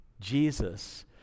Jesus